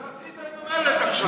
את זה עשית עם המלט עכשיו.